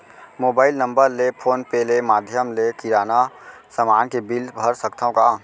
Mobile number ले phone पे ले माधयम ले किराना समान के बिल भर सकथव का?